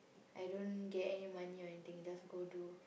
I don't get any money or anything just go do